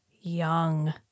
young